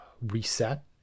reset